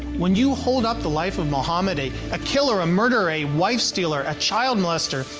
when you hold up the life of mohammed a a killer, a murderer, a wife stealer, a child molester,